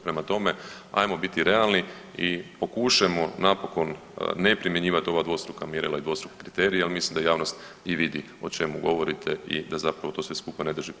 Prema tome, ajmo biti realni i pokušajmo napokon ne primjenjivati ova dvostruka mjerila i dvostruke kriterije, ali mislim da javnost i vidim o čemu govorite i da zapravo to sve skupa ne drži priču.